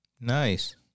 Nice